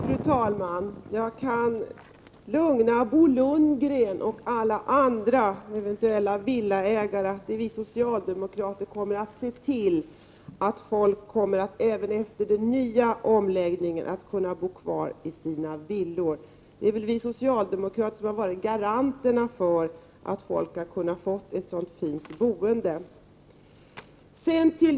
Fru talman! Jag kan lugna Bo Lundgren och alla andra eventuella villaägare att vi socialdemokrater kommer att se till att folk även efter omläggningen kommer att kunna bo kvar i sina villor. Det är väl vi socialdemokrater som har varit garanterna för att folk har kunnat få ett så fint boende.